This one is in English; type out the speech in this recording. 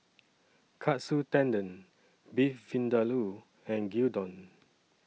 Katsu Tendon Beef Vindaloo and Gyudon